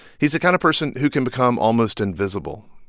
he's the kind of person who can become almost invisible,